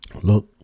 Look